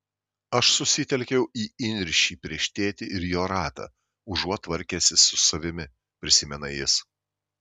aš susitelkiau į įniršį prieš tėtį ir jo ratą užuot tvarkęsis su savimi prisimena jis